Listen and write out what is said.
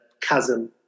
chasm